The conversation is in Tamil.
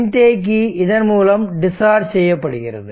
மின்தேக்கி இதன்மூலம் டிஸ்சார்ஜ் செய்யப்படுகிறது